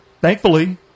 Thankfully